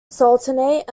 sultanate